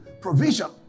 provision